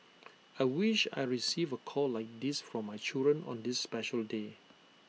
I wish I receive A call like this from my children on this special day